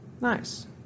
Nice